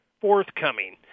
forthcoming